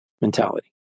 mentality